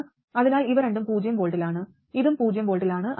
അതിനാൽ ഇവ രണ്ടും പൂജ്യo വോൾട്ടിലാണ് ഇതും പൂജ്യം വോൾട്ടിലാണ്